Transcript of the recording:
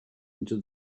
into